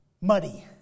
Muddy